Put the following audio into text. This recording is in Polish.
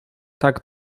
tak